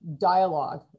dialogue